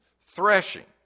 threshing